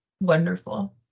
wonderful